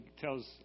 tells